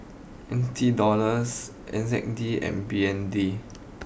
N T dollars N Z D and B N D